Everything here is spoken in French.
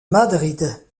madrid